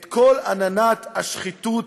את כל עננת השחיתות